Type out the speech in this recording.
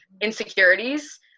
insecurities